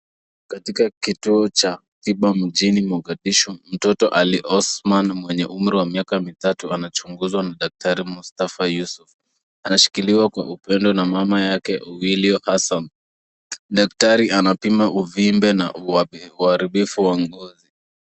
Katika kituo cha tiba mjini mogadishu, mtoto ali osman mwenye umri wa miaka mitatu anachunguzwa na daktari mustafa yusuf. Anashikiliwa kwa upendo na mama yake owili hassan. Daktari anapima uvimbe na uharibifu wa ngozi.